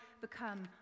become